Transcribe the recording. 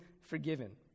forgiven